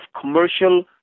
commercial